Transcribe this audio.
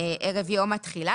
ערב יום התחילה.